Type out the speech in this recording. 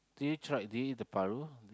did you tried did you eat the paru